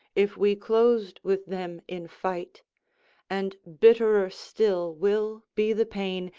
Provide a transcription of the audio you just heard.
if we closed with them in fight and bitterer still will be the pain,